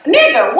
Nigga